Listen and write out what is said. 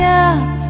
up